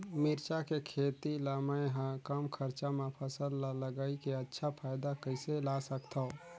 मिरचा के खेती ला मै ह कम खरचा मा फसल ला लगई के अच्छा फायदा कइसे ला सकथव?